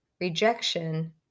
rejection